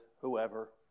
whoever